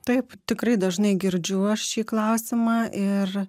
taip tikrai dažnai girdžiu aš šį klausimą ir